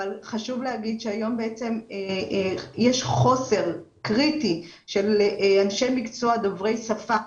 אבל חשוב להגיד שהיום בעצם יש חוסר קריטי של אנשי מקצוע דוברי שפה.